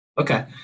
Okay